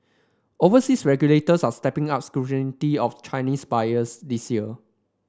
overseas regulators are stepping up scrutiny of Chinese buyers this year